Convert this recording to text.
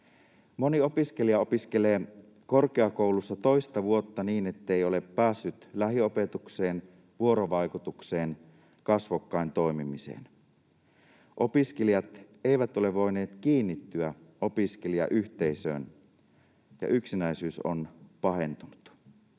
Moni opiskelija opiskelee korkeakoulussa toista vuotta niin, ettei ole päässyt lähiopetukseen, vuorovaikutukseen, kasvokkain toimimiseen. Opiskelijat eivät ole voineet kiinnittyä opiskelijayhteisöön, ja yksinäisyys on pahentunut.